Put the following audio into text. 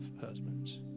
husbands